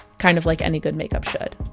kind of like any good makeup should